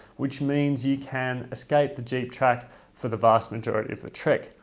which means you can escape the jeep track for the vast majority of the trek,